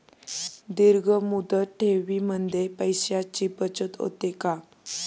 दीर्घ मुदत ठेवीमध्ये पैशांची बचत होते का?